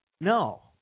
No